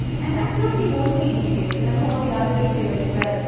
and that's not the only detail. remember all the other details as well.